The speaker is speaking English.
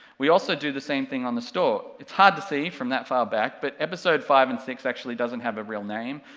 we also do the same thing on the store, it's hard to see from that far back, but episode five and six actually doesn't have a real name,